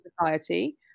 Society